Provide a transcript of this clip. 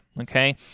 okay